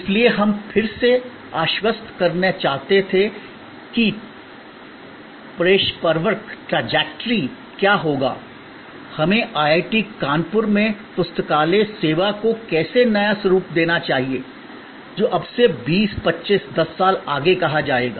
इसलिए हम फिर से आश्वस्त करना चाहते थे कि प्रक्षेपवक्र क्या होगा हमें आईआईटी कानपुर में पुस्तकालय सेवा को कैसे नया स्वरूप देना चाहिए जो अब से 20 25 10 साल आगे कहा जाएगा